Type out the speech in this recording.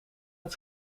het